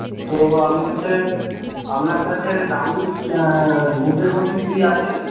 তো আমি হচ্ছে আপনার কাছে দামি বুটের মধ্যে কী আছে